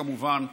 כמובן,